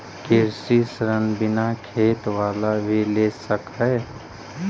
कृषि ऋण बिना खेत बाला भी ले सक है?